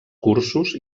cursos